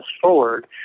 forward